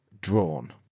drawn